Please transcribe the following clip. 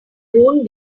won’t